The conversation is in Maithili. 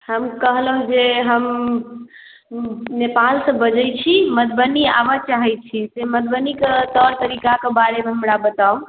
हम कहलहुॅं जे हम नेपाल सँ बजै छी मधुबनी आबऽ चाहै छी मधुबनी के तौर तरीका के बारे मे हमरा बताउ